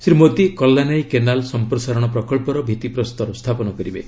Shri Modi Kallanai canal ସମ୍ପ୍ରଦାରଣ ପ୍ରକଳ୍ପର ଭିଭିପ୍ରସ୍ତର ସ୍ଥାପନ କରିବେ